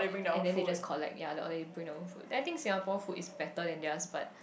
and then they just collect ya then or they bring over food I think Singapore food is better than theirs but